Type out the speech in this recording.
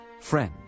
Friend